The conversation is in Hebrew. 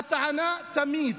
הטענה היא תמיד,